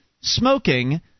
smoking